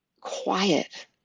quiet